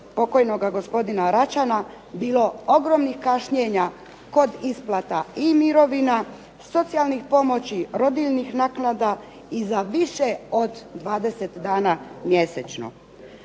pokojnoga gospodina Račana bilo ogromnih kašnjenja kod isplata i mirovina, socijalnih pomoći, rodiljnih naknada i za više od 20 dana mjesečno.